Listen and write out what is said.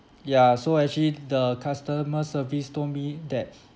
ya so actually the customer service told me that